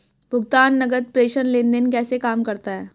भुगतान नकद प्रेषण लेनदेन कैसे काम करता है?